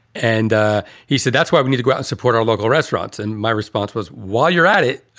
and ah he said, that's why we need to go and support our local restaurants. and my response was, while you're at it.